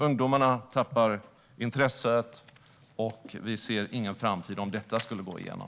Ungdomarna tappar intresset, och vi ser ingen framtid om detta skulle gå igenom.